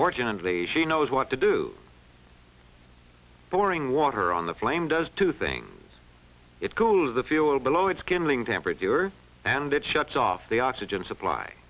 fortunately she knows what to do pouring water on the flame does two things it cools the fuel below its kindling temperature and it shuts off the oxygen supply